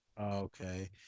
Okay